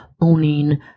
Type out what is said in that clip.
owning